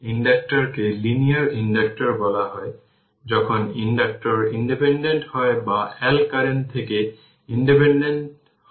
ইন্ডাক্টরের ফিল্ড এ এটি সিরিজের একটি রেজিস্টর এর মতো যখন R1 R2 R3 সমস্ত রেজিস্টর সিরিজের মধ্যে থাকে এবং এটি একই কাজ করে তবে ইন্ডাকটর ও এটি যোগ করে